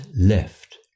left